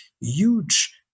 huge